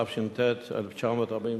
תש"ט 1949,